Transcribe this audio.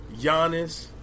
Giannis